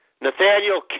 Nathaniel